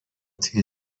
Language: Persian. توی